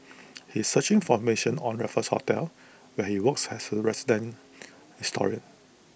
he is searching formation on Raffles hotel where he works as A resident historian